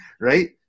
Right